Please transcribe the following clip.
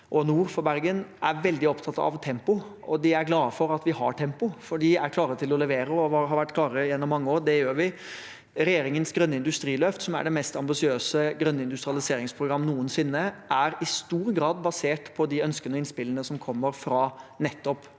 nord for Bergen, er veldig opptatt av tempo, og de er glade for at vi har tempo, for de er klare til å levere og har vært klare gjennom mange år. Dette gjør vi. Regjeringens grønne industriløft, som er det mest ambisiøse grønne industrialiseringprogrammet noensinne, er i stor grad basert på de ønskene og innspillene som kommer fra nettopp